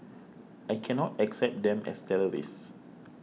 I cannot accept them as terrorists